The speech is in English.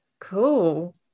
Cool